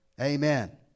Amen